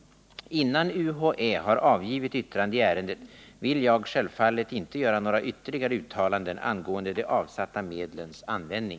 Innan UHÄ har avgivit yttrande i ärendet, vill jag självklart inte göra några ytterligare uttalanden angående de avsatta medlens användning.